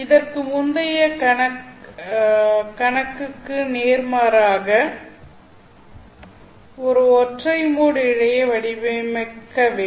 இதற்கு முந்தைய கணக்குக்கு நேர்மாறாக ஒரு ஒற்றை மோட் இழையை வடிவமைக்கப் வேண்டும்